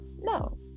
No